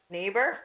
Neighbor